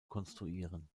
konstruieren